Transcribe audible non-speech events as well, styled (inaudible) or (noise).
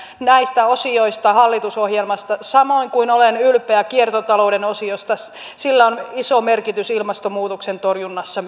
näistä osioista hallitusohjelmassa samoin kuin olen ylpeä kiertotalouden osiosta sillä on myös iso merkitys ilmastonmuutoksen torjunnassa (unintelligible)